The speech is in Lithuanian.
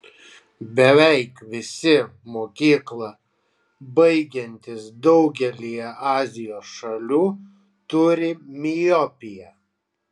beveik visi mokyklą baigiantys daugelyje azijos šalių turi miopiją